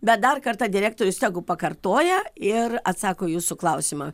bet dar kartą direktorius tegu pakartoja ir atsako į jūsų klausimą